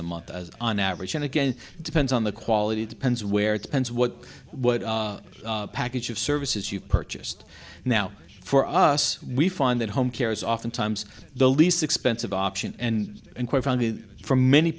a month on average and again depends on the quality it depends where it depends what what package of services you purchased now for us we find that home care is oftentimes the least expensive option and and for many